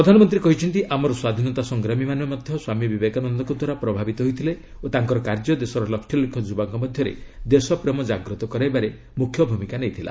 ପ୍ରଧାନମନ୍ତ୍ରୀ କହିଛନ୍ତି ଆମର ସ୍ୱାଧୀନତା ସଂଗ୍ରାମୀମାନେ ମଧ୍ୟ ସ୍ୱାମୀ ବିବେକାନନ୍ଦଙ୍କ ଦ୍ୱାରା ପ୍ରଭାବିତ ହୋଇଥିଲେ ଓ ତାଙ୍କର କାର୍ଯ୍ୟ ଦେଶର ଲକ୍ଷଲକ୍ଷ ଯୁବାଙ୍କ ମଧ୍ୟରେ ଦେଶପ୍ରେମ କାଗ୍ରତ କରାଇବାରେ ମୁଖ୍ୟ ଭୂମିକା ନେଇଥିଲା